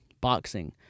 boxing